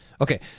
Okay